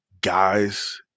guys